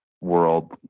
world